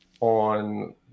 on